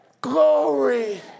Glory